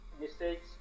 Mistakes